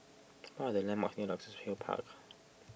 what are the landmarks near Luxus Hill Park